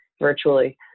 virtually